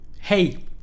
Hey